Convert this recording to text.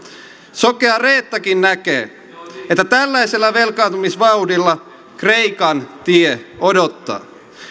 sokea reettakin näkee että tällaisella velkaantumisvauhdilla kreikan tie odottaa